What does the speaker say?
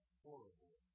horrible